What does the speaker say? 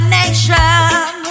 nation